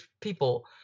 people